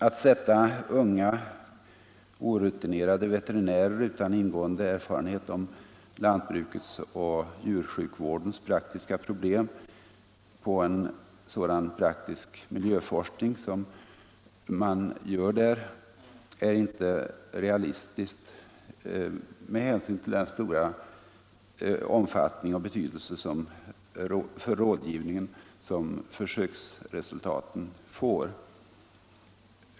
Att sätta unga, orutinerade veterinärer utan ingående erfarenhet om lantbrukets och djursjukvårdens praktiska problem på en sådan praktisk miljöforskning som man utför där är inte realistiskt med hänsyn till den stora omfattning och betydelse för rådgivningen som försöksresultaten får.